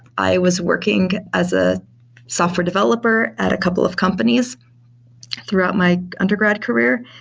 i was working as a software developer at a couple of companies throughout my undergrad career,